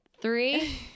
Three